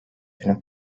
günü